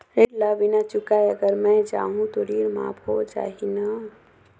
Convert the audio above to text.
ऋण ला बिना चुकाय अगर मै जाहूं तो ऋण माफ हो जाही न?